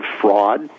fraud